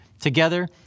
Together